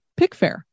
Pickfair